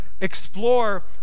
explore